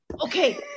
Okay